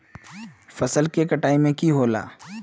फसल के कटाई में की होला?